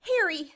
Harry